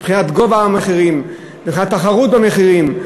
מבחינת גובה המחירים, מבחינת תחרות המחירים.